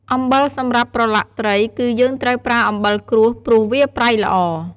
អំបិលសម្រាប់ប្រឡាក់ត្រី គឺយើងត្រូវប្រើអំបិលក្រួស ព្រោះវាប្រៃល្អ។